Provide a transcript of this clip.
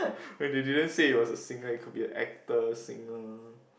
they didn't say it was a singer it could be an actor singer